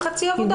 למה חצי עבודה?